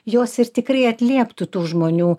jos ir tikrai atlieptų tų žmonių